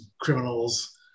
criminals